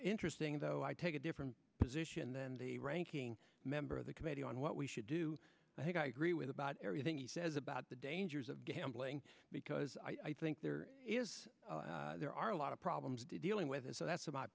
interesting though i take a different position than the ranking member of the committee on what we should do i think i agree with about everything he says about the dangers of gambling because i think there is there are a lot of problems to dealing with and so that's